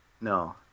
No